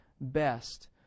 best